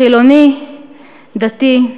חילוני, דתי,